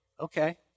Okay